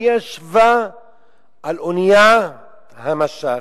היא ישבה על אוניית המשט,